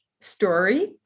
story